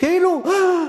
כאילו, הא,